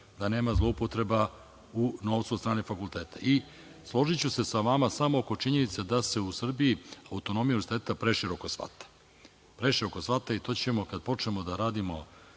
da nema zloupotreba u novcu od strane fakulteta.I složiću se sa vama samo oko činjenice da se u Srbiji autonomija univerziteta preširoko shvata, preširoko shvata i to ćemo, kada počnemo da radimo,